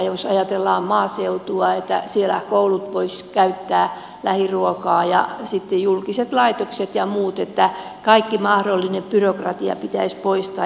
jos ajatellaan maaseutua että siellä koulut voisivat käyttää lähiruokaa ja sitten julkiset laitokset ja muut kaikki mahdollinen byrokratia pitäisi poistaa